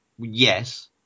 Yes